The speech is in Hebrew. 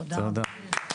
תודה.